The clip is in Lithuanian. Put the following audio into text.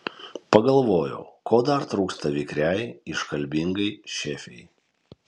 pagalvojau ko dar trūksta vikriai iškalbingai šefei